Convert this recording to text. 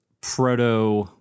proto